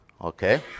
okay